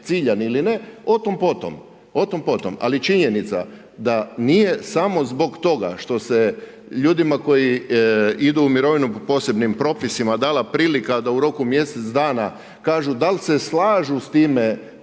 ciljan ili ne, o tom potom. Ali činjenica da nije samo zbog toga što se ljudima koji idu u mirovinu po posebnim propisima dala prilika da u roku mjesec dana kažu dal se slažu s time